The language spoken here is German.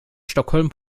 stockholm